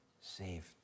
saved